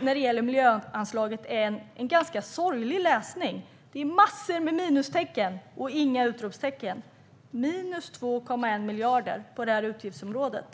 när det gäller miljöanslaget är ganska sorglig läsning. Det är massor av minustecken, men inga utropstecken: 2,1 miljarder på detta utgiftsområde.